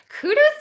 kudos